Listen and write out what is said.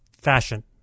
fashion